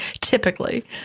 typically